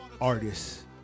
artists